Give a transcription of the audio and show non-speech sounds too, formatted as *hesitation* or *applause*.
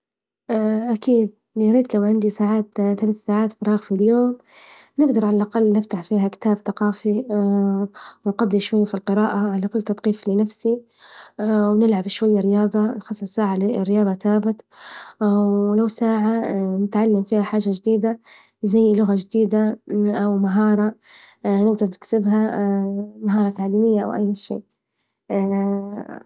*hesitation* أكيد ياريت لو عندي ساعات ثلاث ساعات فراغ في اليوم نجدر على الأقل نفتح فيها كتاب ثقافي *hesitation* نقضي شوية في القراءة ليكون تثقيف لنفسي، ونلعب شوية رياضة نخصص ساعة للرياضة ثابت، *hesitation* ولو ساعة نتعلم فيهاحاجة جديدة زي لغة جديدة أو مهارة نجدر نكتسبها، مهارة تعليمية أو أي شي. *hesitation*